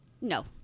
no